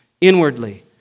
inwardly